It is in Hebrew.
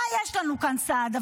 מה יש לנו כאן, סעדה?